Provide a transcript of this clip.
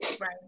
right